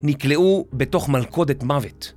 נקלעו בתוך מלכודת מוות.